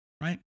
right